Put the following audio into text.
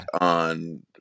on